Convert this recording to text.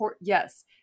Yes